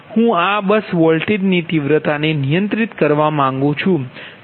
હું આ બસ વોલ્ટેજની તીવ્રતાને નિયંત્રિત કરવા માંગુ છું